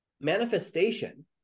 manifestation